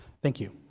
thank you.